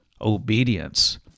obedience